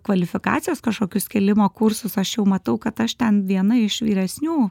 kvalifikacijos kažkokius kėlimo kursus aš jau matau kad aš ten viena iš vyresnių